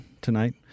tonight